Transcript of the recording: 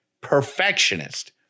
perfectionist